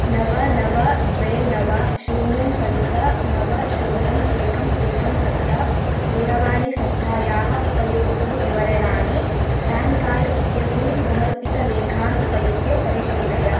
नव नव द्वे नव शून्यं पञ्च नव शून्यम् एकम् एकं सप्त दूरवाणीसङ्ख्यायाः उपयोक्तुः विवरणानि पेन् कार्ड् इत्यस्मिन् समर्पितलेखान् उपयुज्य परिशीलय